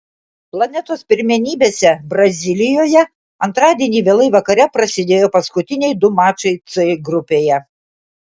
planetos pirmenybėse brazilijoje antradienį vėlai vakare prasidėjo paskutiniai du mačai c grupėje